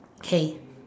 okay